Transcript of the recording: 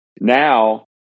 Now